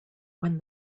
when